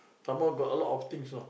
some more got a lot of things know